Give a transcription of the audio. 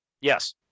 Yes